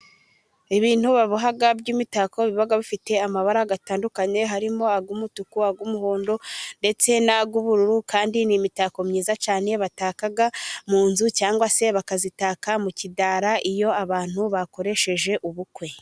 Ibintu baboha by'imitako biba bifite amabara atandukanye harimo umutuku, umuhondo ndetse n'ay'ubururu, kandi n'imitako myiza cyane bataka mu nzu cyangwa se bakayitaka mu kidara iyo abantu bakoresheje ubukwe.